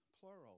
plural